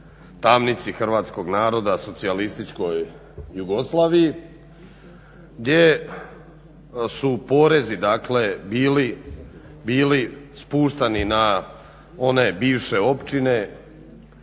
tamnici hrvatskog naroda socijalističkoj Jugoslaviji gdje su porezi bili spuštani na one bivše općine,